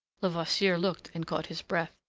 levasseur looked, and caught his breath.